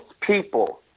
people